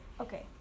Okay